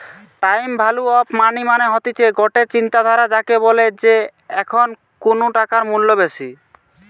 time value of money মানে হতিছে গটে চিন্তাধারা যাকে বলে যে এখন কুনু টাকার মূল্য বেশি